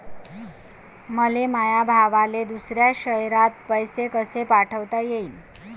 मले माया भावाले दुसऱ्या शयरात पैसे कसे पाठवता येईन?